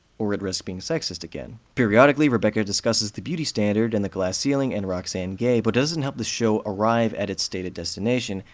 or it risks being sexist again. periodically, rebecca discusses the beauty standard and the glass ceiling and roxane gay, but it doesn't help the show arrive at its stated destination,